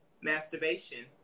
masturbation